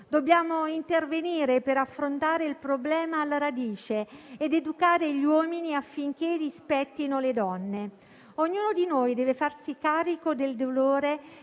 Dobbiamo intervenire per affrontare il problema alla radice ed educare gli uomini affinché rispettino le donne. Ognuno di noi deve farsi carico del dolore